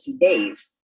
days